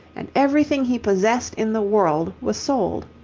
and everything he possessed in the world was sold.